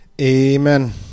Amen